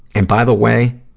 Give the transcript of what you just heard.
and, by the way,